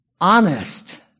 honest